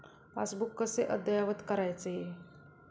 Passbook कसे अद्ययावत करायचे?